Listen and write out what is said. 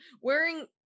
wearing